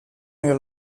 nella